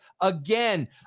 again